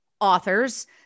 authors